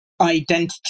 identity